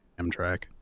Amtrak